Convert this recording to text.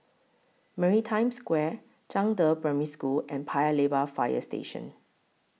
Maritime Square Zhangde Primary School and Paya Lebar Fire Station